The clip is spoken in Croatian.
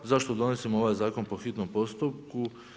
Zašto donosimo ovaj zakon po hitnom postupku?